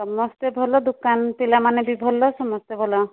ସମସ୍ତେ ଭଲ ଦୋକାନ ପିଲାମାନେ ବି ଭଲ ସମସ୍ତେ ଭଲ